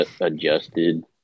adjusted